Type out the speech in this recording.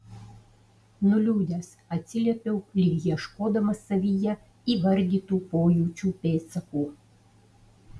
nuliūdęs atsiliepiau lyg ieškodamas savyje įvardytų pojūčių pėdsakų